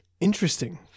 Interesting